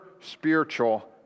spiritual